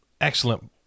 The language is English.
excellent